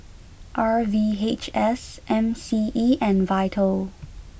R V H S M C E and Vital